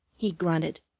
he grunted,